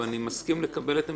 ואני מסכים לקבל את עמדתך,